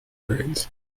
grades